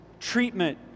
treatment